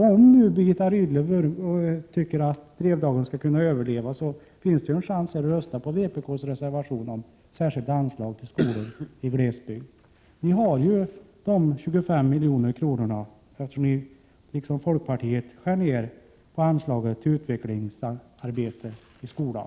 Om nu Birgitta Rydle tycker att Drevdagens skola skall kunna överleva, så har hon här chansen att rösta på vpk:s reservation om särskilda anslag till skolor i glesbygd. Ni har ju de 25 miljonerna eftersom ni liksom folkpartiet skär ned på anslaget till utvecklingsarbete i skolan.